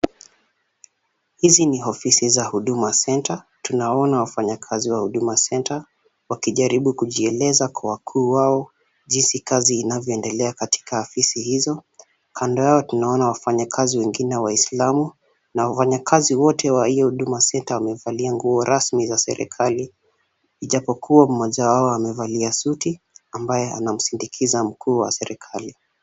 Hizi ni ofisi za Huduma Center, tunawaona wafanyakazi wa Huduma Center wakijaribu kujieleza kwa wakuu wao, jinsi kazi inavyoendelea katika afisi hizo. Kando yao tunawaona wafanyakazi wengine waislamu na wafanyakazi wote wa hiyo Huduma Centre, wamevalia nguo rasmi za serikali ijapokuwa mmoja wao amevalia suti ambaye anamsindikiza mkuu wa serikali.